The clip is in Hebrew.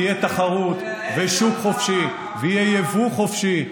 תהיה תחרות ושוק חופשי ויהיה יבוא חופשי.